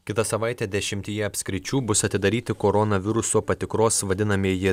kitą savaitę dešimtyje apskričių bus atidaryti koronaviruso patikros vadinamieji